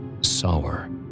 sour